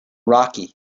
rocky